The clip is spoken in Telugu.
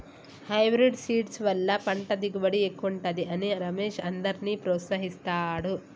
హైబ్రిడ్ సీడ్స్ వల్ల పంట దిగుబడి ఎక్కువుంటది అని రమేష్ అందర్నీ ప్రోత్సహిస్తాడు